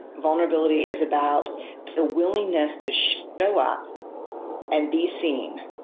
vulnerability is about the willingness to show up and be seen